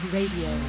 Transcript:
Radio